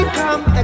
come